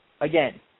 Again